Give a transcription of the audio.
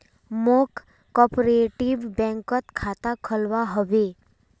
मौक कॉपरेटिव बैंकत खाता खोलवा हबे